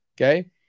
Okay